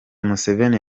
museveni